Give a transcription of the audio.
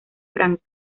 frank